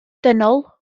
dynol